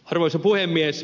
arvoisa puhemies